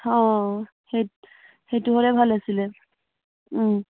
অ' সেইট সেইটো হ'লে ভাল আছিলে